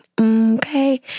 Okay